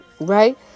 Right